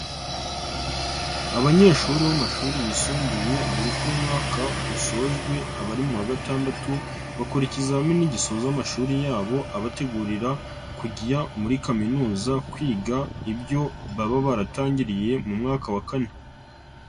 Abanyeshuri bo mashuri yisumbuye buri uko umwaka usojwe abari mu wa gatandatu, bakora ikizamini gisoza amashuri yabo abategurira kujya muri kaminuza kwiga ibyo baba baratangiriye mu mwaka wa kane.